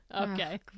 Okay